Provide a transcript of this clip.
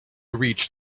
reached